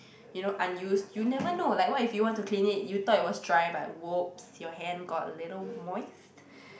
you know unused you never know like what if you want to clean it you thought it was dry but whoops your hand got a little moist